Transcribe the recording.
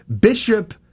Bishop